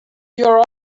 your